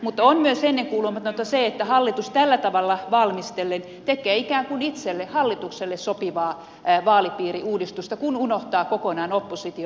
mutta on myös ennenkuulumatonta se että hallitus tällä tavalla valmistellen tekee ikään kuin itselleen hallitukselle sopivaa vaalipiiriuudistusta kun unohtaa kokonaan opposition